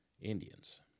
Indians